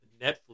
Netflix